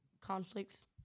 conflicts